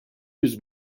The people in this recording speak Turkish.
yüz